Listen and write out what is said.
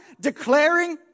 declaring